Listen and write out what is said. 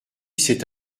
cet